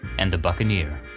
and the buccaneer.